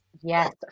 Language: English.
yes